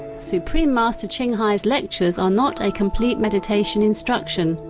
supreme master ching hai's lectures are not a complete meditation instruction.